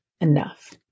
enough